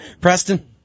Preston